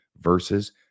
verses